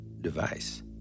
device